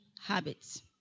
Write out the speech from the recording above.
habits